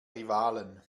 rivalen